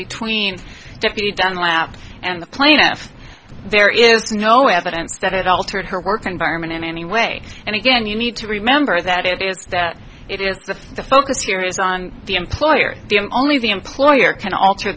between deputy dunlap and the plaintiff there is no evidence that it altered her work environment in any way and again you need to remember that it is that it is the focus here is on the employer the only the employer can alter